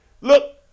Look